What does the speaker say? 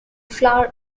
flower